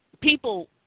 people